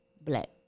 black